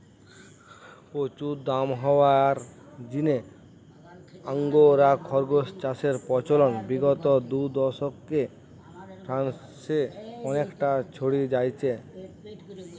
প্রচুর দাম হওয়ার জিনে আঙ্গোরা খরগোস চাষের প্রচলন বিগত দুদশকে ফ্রান্সে অনেকটা ছড়ি যাইচে